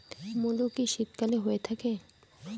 মূলো কি শীতকালে হয়ে থাকে?